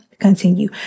continue